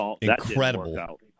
incredible